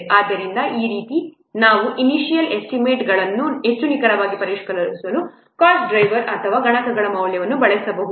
ಆದ್ದರಿಂದ ಈ ರೀತಿಯಲ್ಲಿ ನಾವು ಇನಿಷ್ಯಲ್ ಎಸ್ಟಿಮೇಟ್ಗಳನ್ನು ಹೆಚ್ಚು ನಿಖರವಾಗಿ ಪರಿಷ್ಕರಿಸಲು ಕಾಸ್ಟ್ ಡ್ರೈವರ್ಸ್ ಅಥವಾ ಈ ಗುಣಕಗಳ ಈ ಮೌಲ್ಯಗಳನ್ನು ಬಳಸಬಹುದು